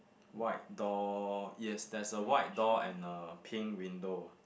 white door yes there's a white door and a pink window ah